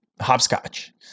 Hopscotch